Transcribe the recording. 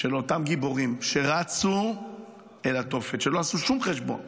של אותם גיבורים שרצו אל התופת, שלא עשו שום חשבון